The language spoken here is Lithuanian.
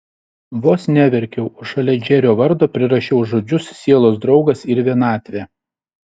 vos neverkiau o šalia džerio vardo prirašiau žodžius sielos draugas ir vienatvė